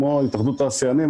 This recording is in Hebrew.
כמו התאחדות התעשיינים,